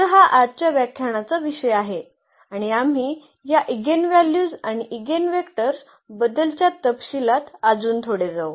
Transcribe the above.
तर हा आजच्या व्याख्यानाचा विषय आहे आणि आम्ही या इगेनव्हल्यूज आणि ईगेनवेक्टर्स बद्दलच्या तपशीलात अजून थोडे जाऊ